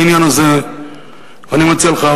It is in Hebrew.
בעניין הזה אני מציע לך,